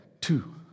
two